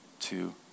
two